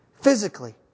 physically